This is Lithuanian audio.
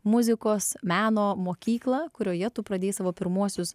muzikos meno mokyklą kurioje tu pradėjai savo pirmuosius